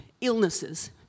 illnesses